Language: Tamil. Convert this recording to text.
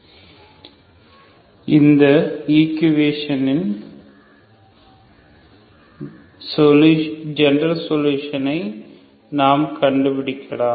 அந்த ஈக்குவேஷனின் ஜெனரல் சொலுஷனை நாம் கண்டுபிடிக்கலாம்